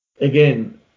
again